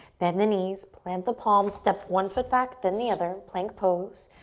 bend the knees, plant the palms, step one foot back, then the other, plank pose.